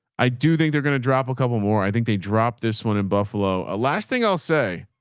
i do think they're going to drop a couple more. i think they dropped this one in buffalo. ah last thing i'll say